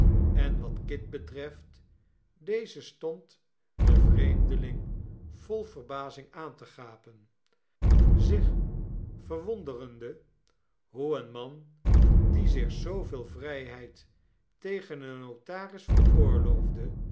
en wat kit betreft deze stond den vreemdeling vol verbazing aan te gapen zich verwonderende hoe een man die zich zooveel vrijheid tegen een notaris